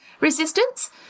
resistance